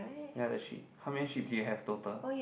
ya that sheep how many sheep do you have total